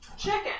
chicken